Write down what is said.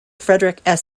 frederick